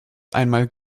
einmal